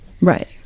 right